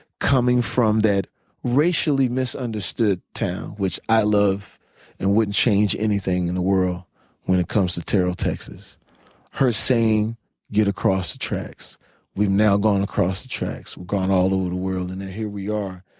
coming from that racially misunderstood town which i love and wouldn't change anything in the world when it comes to terrell texas her saying get across the tracks we've now gone across the tracks. we've gone all over the world and now here we are.